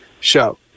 show